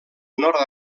nord